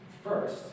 First